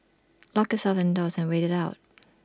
lock selves indoors and wait IT out